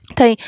Thì